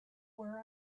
where